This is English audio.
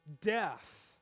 death